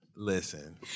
Listen